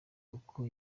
uko